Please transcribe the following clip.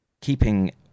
keeping